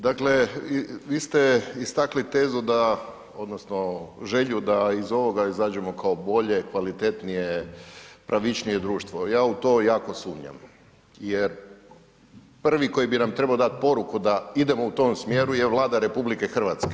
Dakle vi ste istakli tezu odnosno želju da iz ovoga izađemo kao bolje, kvalitetnije, pravičnije društvo, ja u to jako sumnjam jer prvi koji bi na trebao dati poruku da idemo u tom smjeru je Vlada RH.